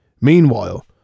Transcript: Meanwhile